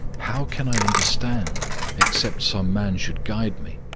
how can i understand except some man should guide me?